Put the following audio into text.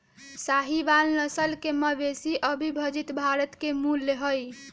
साहीवाल नस्ल के मवेशी अविभजित भारत के मूल हई